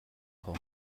kho